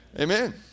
Amen